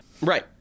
right